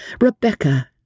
Rebecca